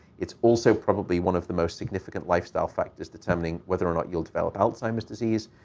it's also probably one of the most significant lifestyle factors determining whether or not you'll develop alzheimer's disease.